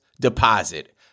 deposit